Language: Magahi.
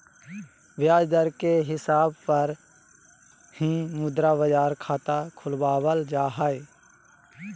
ब्याज दर के हिसाब पर ही मुद्रा बाजार खाता खुलवावल जा हय